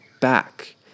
back